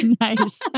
Nice